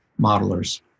modelers